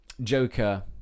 Joker